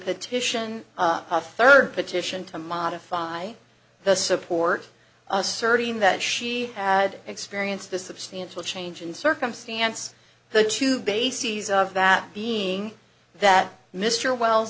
petition third petition to modify the support asserting that she had experienced a substantial change in circumstance the two bases of that being that mr wells